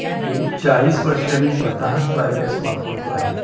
गेली चाळीस वर्ष मी स्वतःच बायोगॅस वापरतो आहे